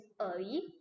early